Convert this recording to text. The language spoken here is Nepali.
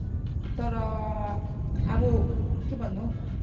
तर अब के भन्नु